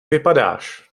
vypadáš